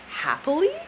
Happily